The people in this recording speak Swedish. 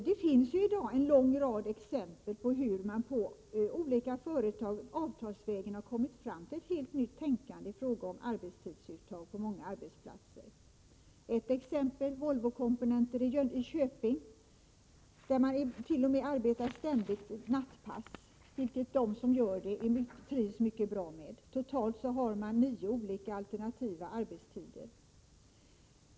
Det finns i dag en lång rad exempel på hur man på olika företag avtalsvägen har kommit fram till ett helt nytt tänkande i fråga om arbetstidsuttag på många arbetsplatser. Ett exempel därpå finner vi på Volvo Komponenter AB i Köping där man t.o.m. arbetar ständigt nattpass. De anställda trivs mycket bra med det. Totalt finns nio alternativa arbetstider.